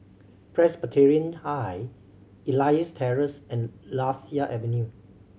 Presbyterian High Elias Terrace and Lasia Avenue